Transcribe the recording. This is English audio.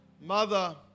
mother